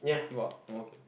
you are oh okay